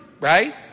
right